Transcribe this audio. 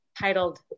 titled